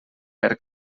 per